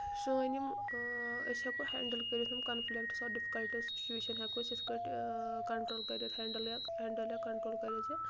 سٲنۍ یِم أسۍ ہٮ۪کو ہینٛڈٕل کٔرِتھ یِم کَنفِلِکٹٕس اۄر ڈفِکلٹ سُچویشن ہٮ۪کو أسۍ یِتھۍ کٲٹھۍ کَنٹرول کٔرِتھ ہینٛڈٕل یا کَنٹرول کٔرِتھ یہِ